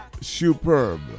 Superb